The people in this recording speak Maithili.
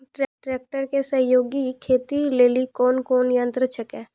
ट्रेकटर के सहयोगी खेती लेली कोन कोन यंत्र छेकै?